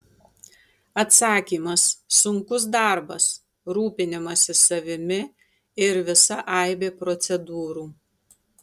atsakymas sunkus darbas rūpinimasis savimi ir visa aibė procedūrų